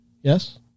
yes